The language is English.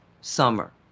summer